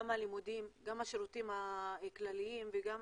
גם הלימודים וגם השירותים הכלליים וגם